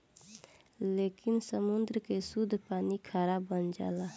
लेकिन समुंद्र के सुद्ध पानी खारा बन जाला